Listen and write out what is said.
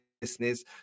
business